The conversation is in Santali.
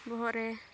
ᱵᱚᱦᱚᱜ ᱨᱮ